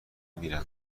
میرم